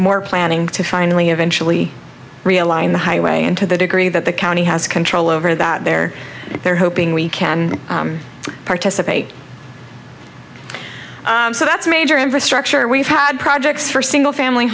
more planning to finally eventually realign the highway and to the degree that the county has control over that they're they're hoping we can participate so that's a major infrastructure we've had projects for single family